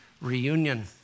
reunion